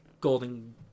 Golden